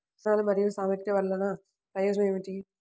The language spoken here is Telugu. సాధనాలు మరియు సామగ్రి వల్లన ప్రయోజనం ఏమిటీ?